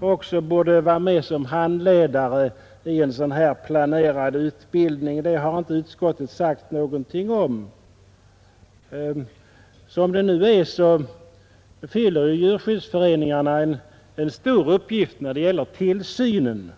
också borde vara med som handledare i en sådan här planerad utbildning. Det har inte utskottet yttrat sig om. Som det nu är fyller ju djurskyddsföreningarna en stor uppgift när det gäller tillsynen.